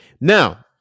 Now